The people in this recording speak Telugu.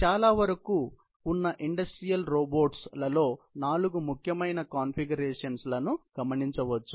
చాలావరకూ ఉన్న ఇండస్ట్రియల్ రోబోట్స్ లలో 4 ముఖ్యమైన కాన్ఫిగరేషన్స్ లను గమనించవచ్చు